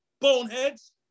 boneheads